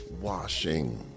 washing